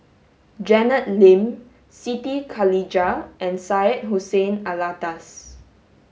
Janet Lim Siti Khalijah and Syed Hussein Alatas